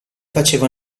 faceva